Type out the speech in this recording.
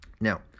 now